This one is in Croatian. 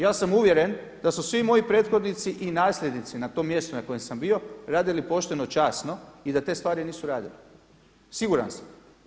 Ja sam uvjeren da su svi moji prethodnici i nasljednici na tom mjestu na kojem sam bio radili pošteno časno i da te stvari nisu radili, siguran sam.